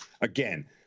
Again